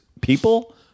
people